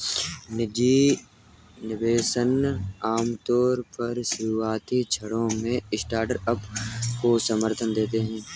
निजी निवेशक आमतौर पर शुरुआती क्षणों में स्टार्टअप को समर्थन देते हैं